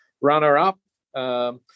runner-up